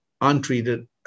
Untreated